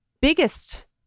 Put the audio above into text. biggest